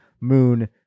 Moon